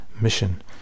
mission